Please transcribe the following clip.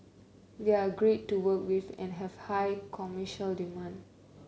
they are great to work with and have high commercial demand